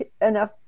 enough